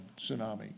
tsunami